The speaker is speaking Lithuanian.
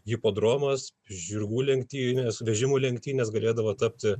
hipodromas žirgų lenktynės vežimų lenktynės galėdavo tapti